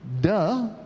Duh